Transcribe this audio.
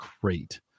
great